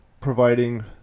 providing